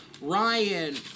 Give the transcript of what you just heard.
Ryan